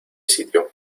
sitio